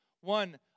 one